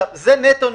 זה נטו.